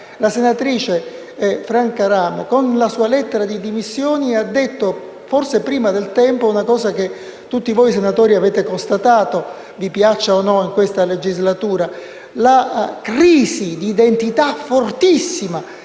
la senatrice Franca Rame, con la sua lettera di dimissioni parlò, forse prima del tempo, di una cosa che tutti voi senatori avete constatato - vi piaccia o meno - in questa legislatura: della crisi d'identità fortissima